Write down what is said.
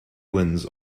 wins